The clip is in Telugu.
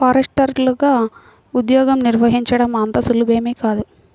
ఫారెస్టర్లగా ఉద్యోగం నిర్వహించడం అంత సులభమేమీ కాదు